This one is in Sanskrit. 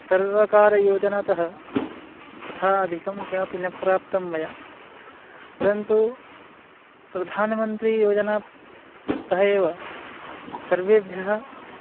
सर्वकारयोजनातः तथा अधिकं किमपि न प्राप्तं मया परन्तु प्रधानमन्त्रियोजनातः एव सर्वेभ्यः